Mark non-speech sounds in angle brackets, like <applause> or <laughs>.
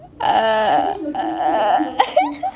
err err <laughs>